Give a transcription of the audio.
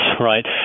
right